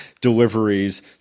deliveries